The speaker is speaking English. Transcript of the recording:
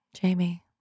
Jamie